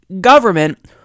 government